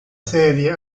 serie